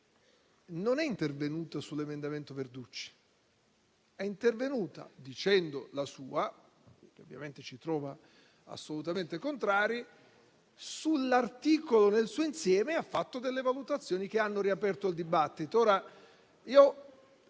non è intervenuta sull'emendamento del senatore Verducci, ma è intervenuta dicendo la sua - ovviamente ci trova assolutamente contrari - sull'articolo nel suo insieme e ha fatto delle valutazioni che hanno riaperto il dibattito.